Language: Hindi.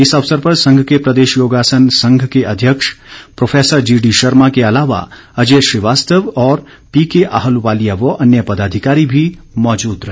इस अवसर पर संघ के प्रदेश योगासन संघ के अध्यक्ष प्रोफैसर जीडी शर्मा के अलावा अजय श्रीवास्तव और पीके आहलूवालिया व अन्य पदाधिकारी भी मौजूद रहे